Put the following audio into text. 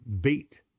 beat